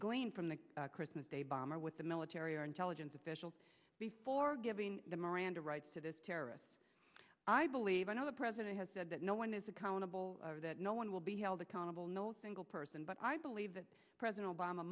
gleaned from the christmas day bomber with the military or intelligence officials before giving the miranda rights to this terrorist i believe another president has said that no one is accountable that no one will be held accountable no single person but i believe that president